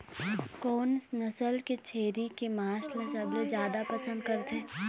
कोन नसल के छेरी के मांस ला सबले जादा पसंद करथे?